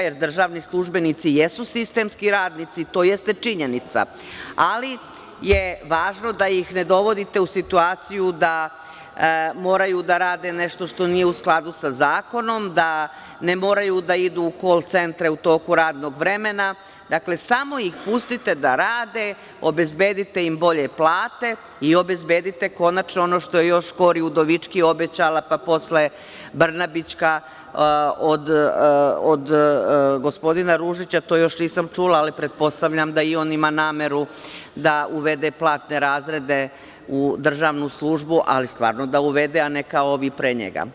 Jer, državni službenici jesu sistemski radnici, to jeste činjenica, ali je važno da ih ne dovodite u situaciju da moraju da rade nešto što nije u skladu sa zakonom, da ne moraju da idu u kol centre u toku radnog vremena, dakle, samo ih pustite da rade, obezbedite im bolje plate i obezbedite konačno još ono što je Kori Udovički obećala, pa posle Brnabićka, od gospodina Ružića to još nisam čula ali pretpostavljam da i on ima nameru da uvede platne razrede u državnu službu, ali stvarno da uvede, a ne kao ovi pre njega.